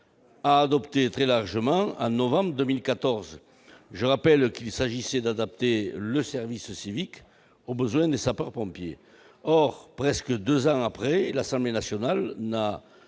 a adoptée très largement en novembre 2014. Je rappelle qu'il s'agissait d'adapter le service civique aux besoins des sapeurs-pompiers. Près de deux ans après l'adoption par